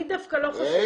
אני דווקא לא חושבת.